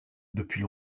depuis